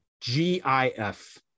G-I-F